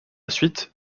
suite